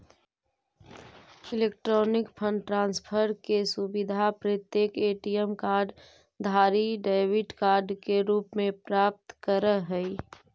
electronic fund transfer के सुविधा प्रत्येक ए.टी.एम कार्ड धारी डेबिट कार्ड के रूप में प्राप्त करऽ हइ